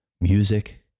music